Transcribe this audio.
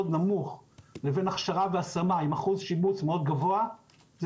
נמוך לבין הכשרה והשמה עם אחוז שיבוץ מאוד גבוה זה